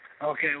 Okay